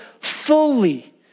fully